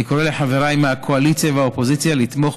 אני קורא לחבריי מהקואליציה והאופוזיציה לתמוך